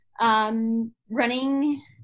running